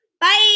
Bye